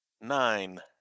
Nine